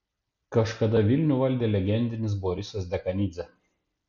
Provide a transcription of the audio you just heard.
kažkada vilnių valdė legendinis borisas dekanidzė